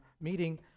meeting